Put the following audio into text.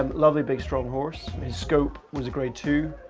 um lovely big strong horse. his scope was grade two,